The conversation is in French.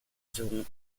seront